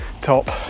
top